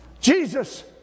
Jesus